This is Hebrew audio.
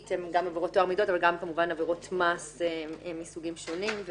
הן עבירות טוהר מידות ועבירות מס מסוגים שונים.